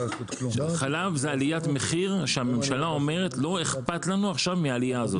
חלב זה עליית מחיר שהממשלה אומרת שלא אכפת לה עכשיו מהעלייה הזאת.